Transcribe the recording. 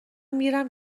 میرم